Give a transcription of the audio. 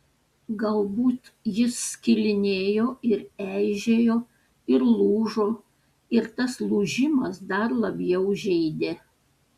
galbūt jis skilinėjo ir eižėjo ir lūžo ir tas lūžimas dar labiau žeidė